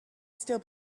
still